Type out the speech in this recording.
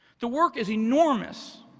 the work is enormous.